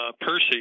Percy